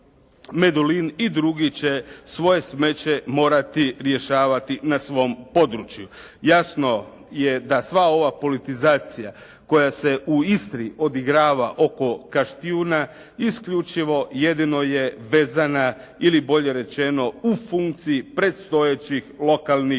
Medulin i drugi će svoje smeće morati rješavati na svom području. Jasno je da sva ova politizacija koja se u Istri odigrava oko Kaštjuna isključivo jedino je vezana ili bolje rečeno u funkciji predstojećih lokalnih